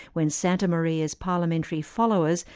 when santamaria's parliamentary followers,